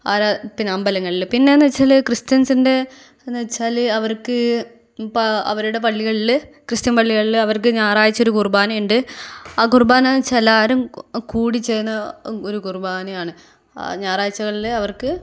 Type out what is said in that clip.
ആരാ പിന്നെ അമ്പലങ്ങളിൽ പിന്നെയെന്നു വെച്ചാൽ ക്രിസ്ത്യൻസിൻ്റെ എന്നുവെച്ചാൽ അവർക്ക് അപ്പോൾ അവരുടെ പള്ളികളിൽ ക്രിസ്ത്യൻ പള്ളികളിൽ അവർക്ക് ഞായറാഴ്ച ഒരു കുർബാനയുണ്ട് ആ കുർബാനയെന്നു വെച്ചാൽ എല്ലാവരും കൂടിച്ചേർന്ന ഒരു കുറുബാനയാണ് ഞായറഴ്ചകളിൽ അവർക്ക്